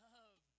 Love